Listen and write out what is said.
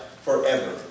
forever